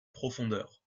profondeurs